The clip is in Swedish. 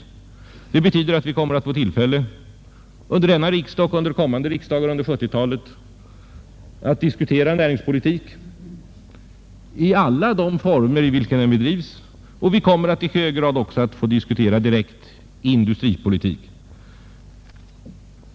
vilket betyder att vi kommer att få tillfälle under denna riksdag och under kommande riksdagar under 1970-talet att diskutera näringspolitiken i alla de former i vilka den bedrivs. Vi kommer också i högre grad att få diskutera den branschinriktade industripolitiken.